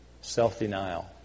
Self-denial